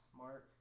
mark